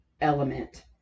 element